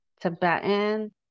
Tibetan